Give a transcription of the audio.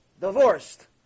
Divorced